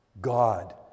God